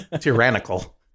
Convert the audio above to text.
tyrannical